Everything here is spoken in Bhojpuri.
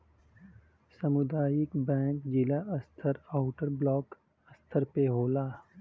सामुदायिक बैंक जिला स्तर आउर ब्लाक स्तर पे होला